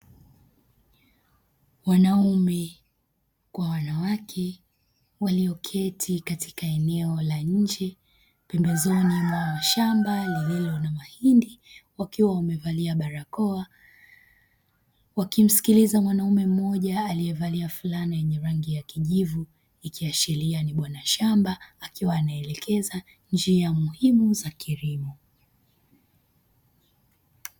Wanaume kwa wanawake walioketi katika eneo la nje, pembezoni mwa shamba lililo na mahindi; wakiwa wamevalia barakoa, wakimsikiliza mwanaume mmoja aliyevalia fulana yenye rangi ya kijivu, ikiashiria ni bwana shamba akiwa anaelekeza njia muhimu za kilimo.